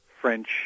French